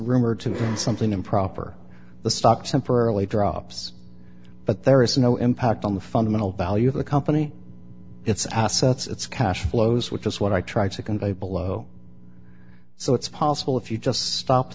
rumor to something improper the stock temporarily drops but there is no impact on the fundamental value of the company its assets its cash flows which is what i tried to convey below so it's possible if you just stop